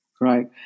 Right